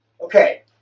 Okay